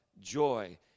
joy